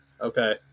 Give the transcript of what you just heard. Okay